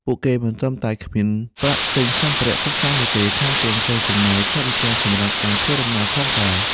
ពួកគេមិនត្រឹមតែគ្មានប្រាក់ទិញសម្ភារៈសិក្សានោះទេ ថែមទាំងត្រូវចំណាយថវិកាសម្រាប់ការធ្វើដំណើរផងដែរ។